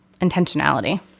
intentionality